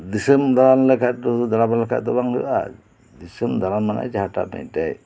ᱫᱤᱥᱚᱢ ᱫᱟᱲᱟᱱ ᱞᱮᱠᱷᱟᱱ ᱫᱚ ᱥᱩᱫᱩ ᱫᱟᱲᱟ ᱵᱟᱲᱟ ᱞᱮᱠᱷᱟᱱ ᱫᱚ ᱵᱟᱝ ᱦᱩᱭᱩᱜᱼᱟ ᱫᱤᱥᱚᱢ ᱫᱟᱲᱟᱱ ᱢᱟᱱᱮ ᱡᱟᱦᱟᱸᱴᱟᱜ ᱢᱤᱫᱴᱮᱱ